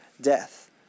death